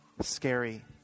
scary